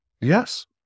Yes